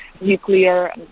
nuclear